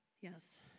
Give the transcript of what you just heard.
yes